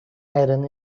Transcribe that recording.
iron